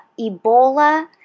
Ebola